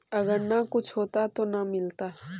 अगर न कुछ होता तो न मिलता?